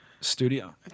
studio